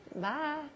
Bye